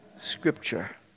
Scripture